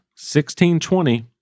1620